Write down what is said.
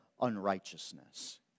unrighteousness